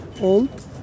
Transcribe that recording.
old